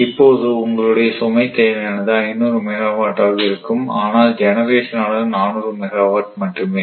இப்போது உங்களுடைய சுமை தேவையானது 500 மெகாவாட் ஆக இருக்கும் ஆனால் ஜெனரேஷன் ஆனது 400 மெகாவாட் மட்டுமே